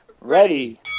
Ready